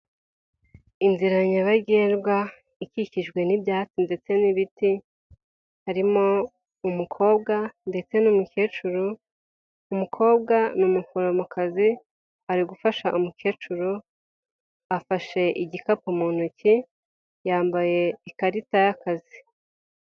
Inzira nyabagendwa ikikijwe n'ibyatsi ndetse n'ibiti harimo umukobwa ndetse n'umukecuru. Umukobwa ni umuforomokazi ari gufasha umukecuru; afashe igikapu mu ntoki yambaye ikarita y'akazi.